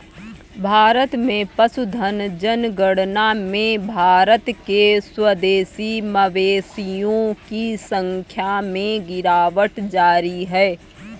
भारत में पशुधन जनगणना में भारत के स्वदेशी मवेशियों की संख्या में गिरावट जारी है